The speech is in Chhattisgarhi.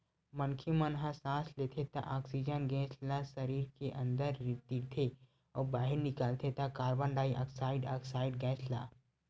मनखे मन ह सांस लेथे त ऑक्सीजन गेस ल सरीर के अंदर तीरथे अउ बाहिर निकालथे त कारबन डाईऑक्साइड ऑक्साइड गेस ल